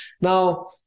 Now